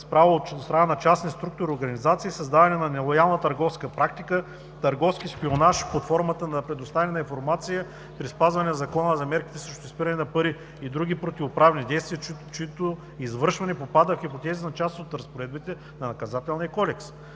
страна на частни структури и организации, създаване на нелоялна търговска практика, търговски шпионаж под формата на предоставена информация при спазване на Закона за мерките срещу изпиране на пари и други противоправни действия, чието извършване попада в хипотезата на част от разпоредбите на Наказателния кодекс.